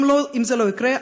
אם זה לא יקרה,